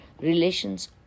relations